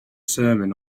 sermon